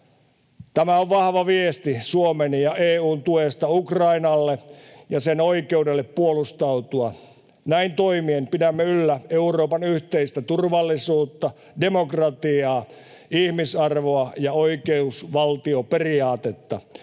Tämä on vahva viesti Suomen ja EU:n tuesta Ukrainalle ja sen oikeudelle puolustautua. Näin toimien pidämme yllä Euroopan yhteistä turvallisuutta, demokratiaa, ihmisarvoa ja oikeusvaltioperiaatetta.